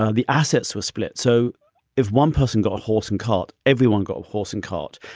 ah the assets were split. so if one person got a horse and cart, everyone got a horse and cart.